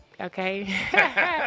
Okay